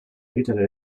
egitera